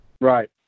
Right